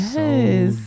Yes